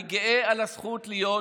אני גאה על הזכות להיות